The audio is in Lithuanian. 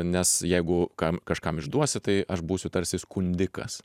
nes jeigu kam kažkam išduosi tai aš būsiu tarsi skundikas